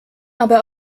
aber